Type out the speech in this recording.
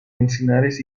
encinares